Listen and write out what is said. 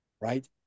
Right